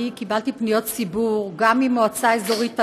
אני קיבלתי פניות ציבור גם ממועצה אזורית אלונה,